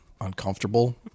uncomfortable